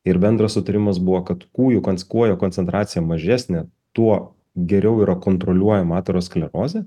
ir bendras sutarimas buvo kad ku ju kuo jų koncentracija mažesnė tuo geriau yra kontroliuojama aterosklerozė